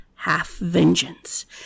half-vengeance